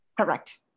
correct